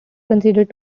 considered